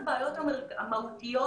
הבנתי,